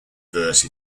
verse